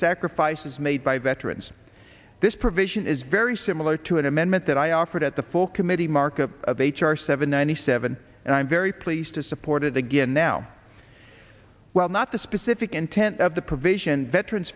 sacrifices made by veterans this provision is very similar to an amendment that i offered at the full committee market of h r seven ninety seven and i'm very pleased to support it again now while not the specific intent of the provision veterans